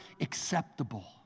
acceptable